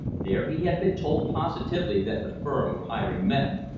there he had been told positively that the firm were hiring men.